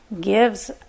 gives